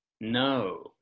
No